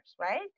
right